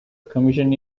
commission